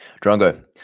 Drongo